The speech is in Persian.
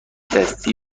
دستی